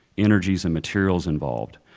energies and materials involved.